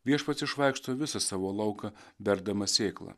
viešpats išvaikšto visą savo lauką berdamas sėklą